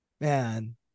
man